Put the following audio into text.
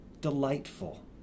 delightful